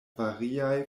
variaj